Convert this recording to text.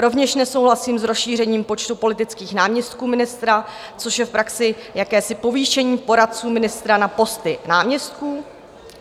Rovněž nesouhlasím s rozšířením počtu politických náměstků ministra, což je v praxi jakési povýšení poradců ministra na posty náměstků,